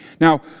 Now